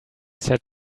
said